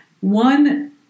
One